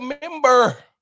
member